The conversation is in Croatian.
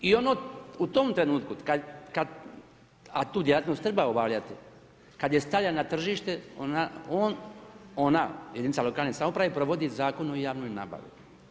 I ono u tom trenutku, kad, a tu djelatnost treba obavljati, kad je stavlja na tržište, on, ona jedinica lokalne samouprave, provodi Zakon o javnoj nabavi.